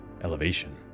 elevation